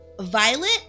Violet